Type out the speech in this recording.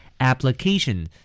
Application